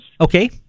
Okay